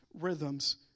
rhythms